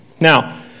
Now